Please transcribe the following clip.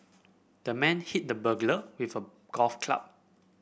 the man hit the burglar with a golf club